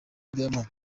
diamond